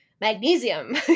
magnesium